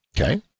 okay